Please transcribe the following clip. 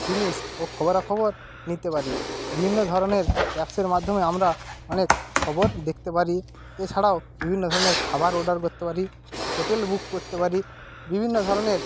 জিনিস ও খবরাখবর নিতে পারি বিভিন্ন ধরনের অ্যাপসের মাধ্যমে আমরা অনেক খবর দেখতে পারি এছাড়াও বিভিন্ন ধরনের খাবার অর্ডার করতে পারি হোটেল বুক করতে পারি বিভিন্ন ধরনের